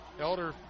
Elder